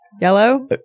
Yellow